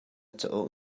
cauk